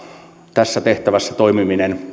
tässä tehtävässä toimiminen